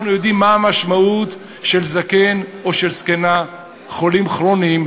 אנחנו יודעים מה המשמעות של זקן או של זקנה חולים כרוניים,